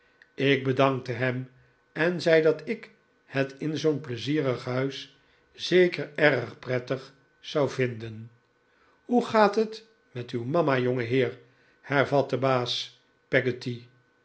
ik bedankte hem en zei dat ik het in zoon pleizierig huis zeker erg prettig zou vinden hoe gaat het met uw mama jongeheer hervatte baas